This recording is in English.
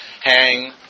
hang